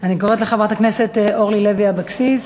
אני קוראת לחברת הכנסת אורלי לוי אבקסיס.